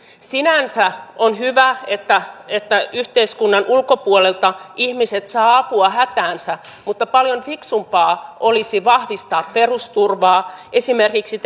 sinänsä on hyvä että että yhteiskunnan ulkopuolelta ihmiset saavat apua hätäänsä mutta paljon fiksumpaa olisi vahvistaa perusturvaa esimerkiksi